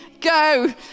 go